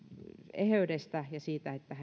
eheydestä ja siitä että